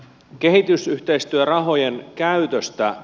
kehitysyhteistyörahojen käytöstä